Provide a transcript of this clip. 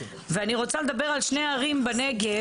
ואני רוצה לדבר על שתי ערים בנגב: